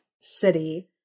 City